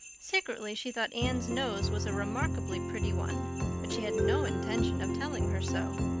secretly she thought anne's nose was a remarkable pretty one but she had no intention of telling her so.